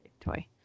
toy